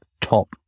top